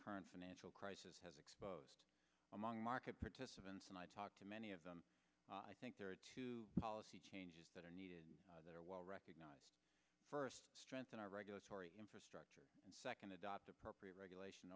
current financial crisis has exposed among market participants and i talked to many of them i think there are two policy changes that are needed that are well recognized first strengthen our regulatory infrastructure and second adopt appropriate regulation